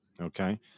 Okay